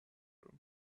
room